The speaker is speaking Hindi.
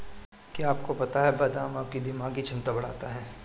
क्या आपको पता है बादाम आपकी दिमागी क्षमता बढ़ाता है?